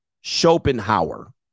Schopenhauer